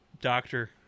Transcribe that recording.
doctor